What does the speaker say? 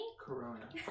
Corona